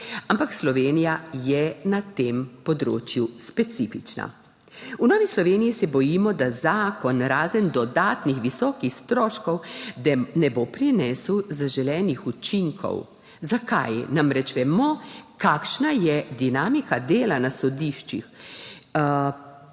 ampak Slovenija je na tem področju specifična. V Novi Sloveniji se bojimo, da zakon razen dodatnih visokih stroškov ne bo prinesel zaželenih učinkov. Zakaj? Vemo namreč, kakšna je dinamika dela na sodiščih